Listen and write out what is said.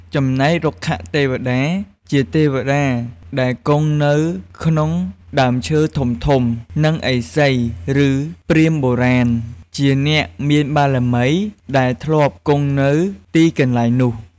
ចំណែករុក្ខទេវតា ជាទេវតាដែលគង់នៅក្នុងដើមឈើធំៗ និងឥសី ឬព្រាហ្មណ៍បុរាណ ជាអ្នកមានបារមីដែលធ្លាប់គង់នៅទីកន្លែងនោះ។។